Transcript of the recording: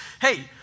hey